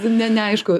ne neaišku